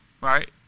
Right